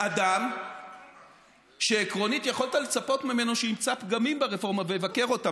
אדם שעקרונית יכולת לצפות ממנו שימצא פגמים ברפורמה ויבקר אותה.